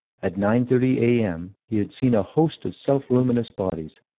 at nine thirty a m, he had seen a host of self-luminous bodies,